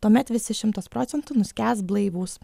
tuomet visi šimtas procentų nuskęs blaivūs